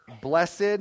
Blessed